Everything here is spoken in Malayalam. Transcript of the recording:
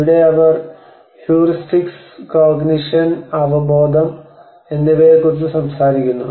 ഇവിടെ അവർ ഹ്യൂറിസ്റ്റിക്സ് കോഗ്നിഷൻ അവബോധം heuristics cognition and intuitions എന്നിവയെക്കുറിച്ച് സംസാരിക്കുന്നു